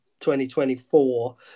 2024